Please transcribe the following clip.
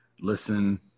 listen